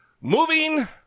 moving